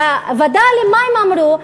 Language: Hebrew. והווד"לים, מה הם אמרו?